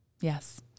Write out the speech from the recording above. Yes